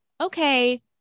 okay